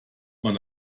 man